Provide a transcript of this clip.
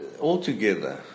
Altogether